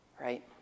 right